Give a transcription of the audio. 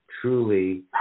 truly